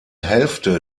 hälfte